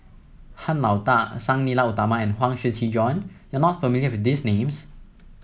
Han Lao Da Sang Nila Utama and Huang Shiqi Joan you are not familiar with these names